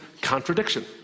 contradiction